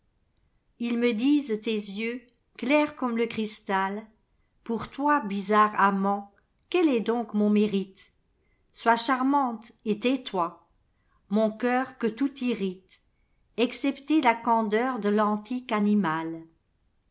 ils me disent tes yeux clairs comme le cristal pour toi bizarre amant quel est donc mon mérite sois charmante et tais-toi mon cœur que tout irrite excepté la candeur de l'antique animal